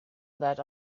that